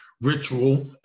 Ritual